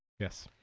Yes